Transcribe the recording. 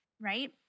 right